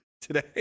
today